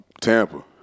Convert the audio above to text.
Tampa